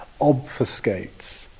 obfuscates